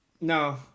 no